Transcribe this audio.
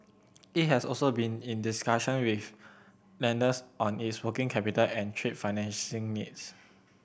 it has also been in discussion with lenders on its working capital and trade financing needs